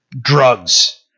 drugs